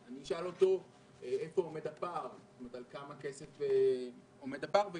אני אשאל אותו איפה עומד הפער ועל כמה כסף עומד הפער.